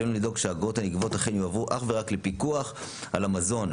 עלינו לדאוג שהאגרות הנגבות אכן יועברו אך ורק לפיקוח על המזון,